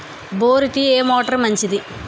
బోరుకి ఏ మోటారు మంచిది?